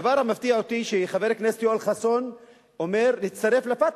הדבר שמפתיע אותי הוא שחבר הכנסת יואל חסון אומר להצטרף ל"פתח".